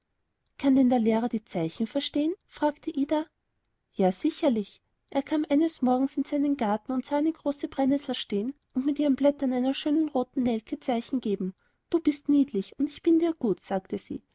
kann der lehrer denn die zeichen verstehen fragte ida ja sicherlich er kam eines morgens in seinen garten und sah eine große brennessel stehen und mit ihren blättern einer schönen roten nelke zeichen geben du bist niedlich und ich bin dir gut sagte sie